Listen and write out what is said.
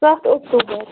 سَتھ اکٹوٗبَر